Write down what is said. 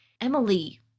Emily